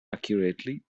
accurately